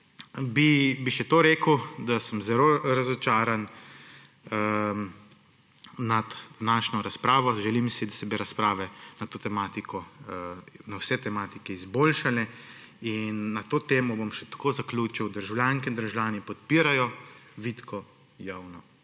bi še to rekel, da sem zelo razočaran nad današnjo razpravo. Želim si, da bi se razprave na to tematiko, na vse tematike izboljšale. In na to temo bom še tako zaključil, državljanke in državljani podpirajo vitko javno